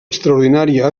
extraordinària